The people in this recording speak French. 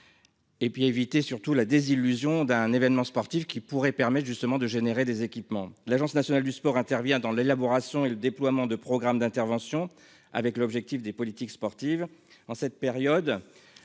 Et puis éviter surtout la désillusion d'un événement sportif qui pourrait permettent justement de générer des équipements. L'Agence nationale du sport intervient dans l'élaboration et le déploiement de programmes d'intervention, avec l'objectif des politiques sportives en cette période.